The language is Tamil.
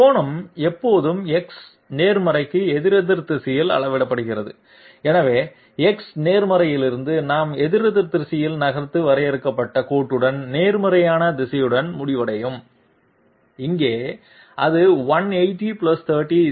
கோணம் எப்போதும் x நேர்மறைக்கு எதிரெதிர் திசையில் அளவிடப்படுகிறது எனவே X நேர்மறையிலிருந்து நாம் எதிரெதிர் திசையில் நகர்ந்து வரையறுக்கப்பட்ட கோட்டுடன் நேர்மறையான திசையுடன் முடிவடையும் இங்கே அது 180 30 210 ஆகும்